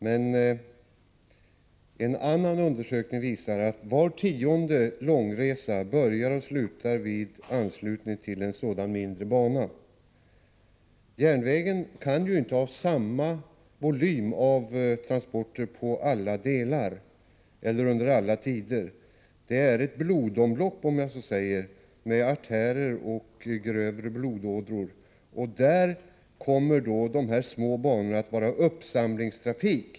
Men en annan undersökning visar att var tionde långresa börjar och slutar i anslutning till en sådan här mindre bana. Järnvägen kan inte ha samma volym av transporter på alla delar av bannätet eller under alla tider. Det är fråga om låt mig säga ett blodomlopp, med artärer och grövre blodådror. Där kommer dessa småbanor att ta emot uppsamlingstrafik.